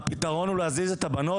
האם הפתרון הוא להזיז את הבנות?